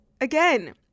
Again